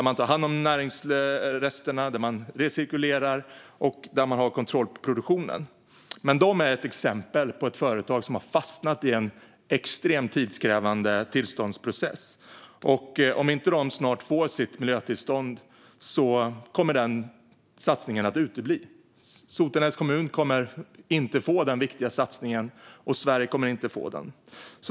Man tar hand om näringsrester, recirkulerar och har kontroll på produktionen. Detta är ett exempel på ett företag som har fastnat i en extremt tidskrävande tillståndsprocess, och om de inte får sitt miljötillstånd snart kommer satsningen att utebli. Sotenäs kommun och Sverige kommer inte att få den viktiga satsningen.